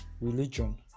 religion